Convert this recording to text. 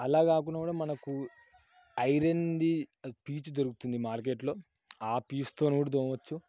అలా కాకున్నా కూడా మనకు ఐరన్ది పీచు దొరుకుతుంది మార్కెట్లో ఆ పీచుతోని కూడా తోమవచ్చు